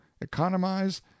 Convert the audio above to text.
economize